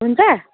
हुन्छ